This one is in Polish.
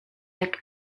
jak